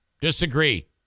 Disagree